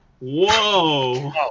Whoa